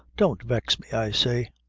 don't vex me, i say.